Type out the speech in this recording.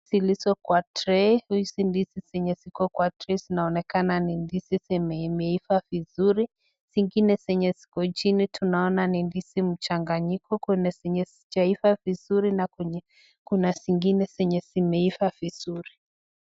Zilizo kwa tray. Hizi ndizi zilizo kwa tray zinaonekana ni ndizi imeiva vizuri. Zingine zenye ziko chini tunaona ni ndizi mchanganyiko. Kuna zenye hazijaiva vizuri na zingine zenye zimeiva vizuri.